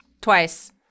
twice